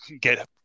get